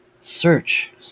Search